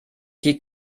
die